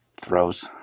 throws